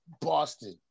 Boston